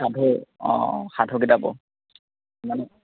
সাধু অঁ সাধু কিতাপো